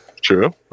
true